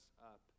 up